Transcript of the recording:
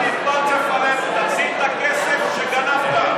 אל תתפלסף עלינו, תחזיר את הכסף שגנבת.